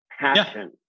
passion